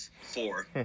four